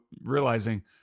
realizing